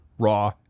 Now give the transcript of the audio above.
Raw